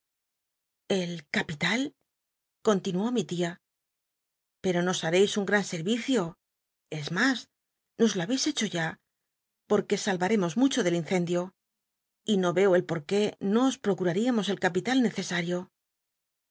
el capital continuó mi tia peto nos harcis un gran servicio es mas nos lo haheis hecho ya porquc sall aremos mucho del incend io y no veo el por qué no os procuraria mos el capital